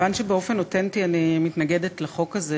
כיוון שבאופן אותנטי אני מתנגדת לחוק הזה